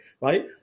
Right